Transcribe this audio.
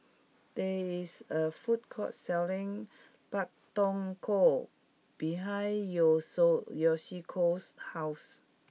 there is a food court selling Pak Thong Ko behind your so Yoshiko's house